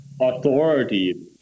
authority